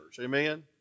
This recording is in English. Amen